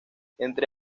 entre